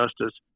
justice